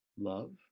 Love